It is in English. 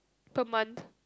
per month